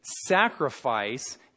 sacrifice